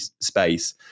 space